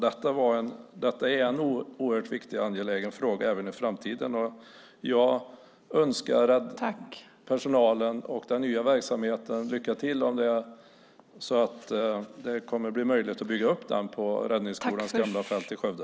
Detta är en oerhört angelägen fråga även i framtiden. Jag önskar personalen och den nya verksamheten lycka till och att det blir möjligt att bygga upp den på räddningsskolans gamla fält i Skövde.